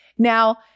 Now